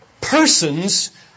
persons